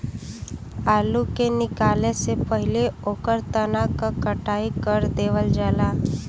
आलू के निकाले से पहिले ओकरे तना क कटाई कर देवल जाला